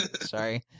Sorry